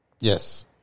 Yes